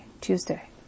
Tuesday